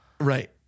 right